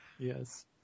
Yes